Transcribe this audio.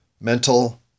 mental